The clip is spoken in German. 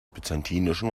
byzantinischen